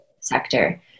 sector